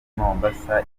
mombasa